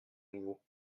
nouveau